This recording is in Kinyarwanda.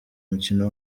umukino